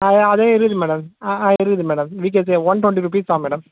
ஆ அதே இருக்குது மேடம் ஆ ஆ இருக்குது மேடம் விகேசிலே ஒன் டொண்ட்டி ருப்பீஸ் தான் மேடம்